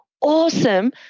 awesome